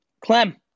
Clem